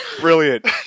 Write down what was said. Brilliant